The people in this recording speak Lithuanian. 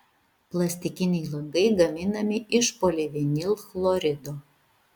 plastikiniai langai gaminami iš polivinilchlorido